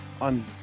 on